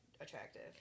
attractive